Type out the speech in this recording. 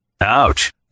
Ouch